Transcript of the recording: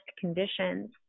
conditions